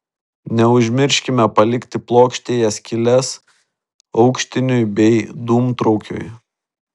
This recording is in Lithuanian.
neužmirškime palikti plokštėje skyles aukštiniui bei dūmtraukiui